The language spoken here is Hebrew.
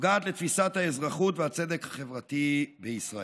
נוגעת לתפיסת האזרחות והצדק החברתי בישראל.